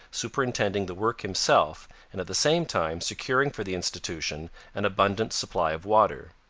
superintending the work himself and at the same time securing for the institution an abundant supply of water.